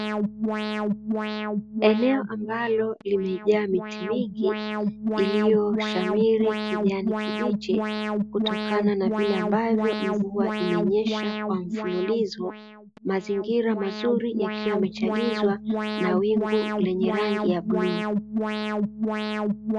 Eneo ambalo limejaa miti mingi iliyoshamili kijani kibichi, kutokana vile ambavyo mvua zimenyesha kwa mfululizo mazingira mazuri yakiwa yamechangizwa na wingu lenye rangi ya bluu.